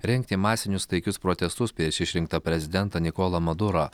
rengti masinius taikius protestus prieš išrinktą prezidentą nikolą madurą